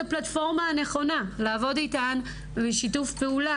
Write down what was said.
הפלטפורמה הנכונה לעבוד איתן בשיתוף פעולה,